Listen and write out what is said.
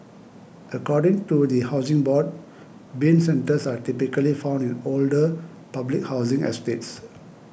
according to the Housing Board Bin centres are typically found in older public housing estates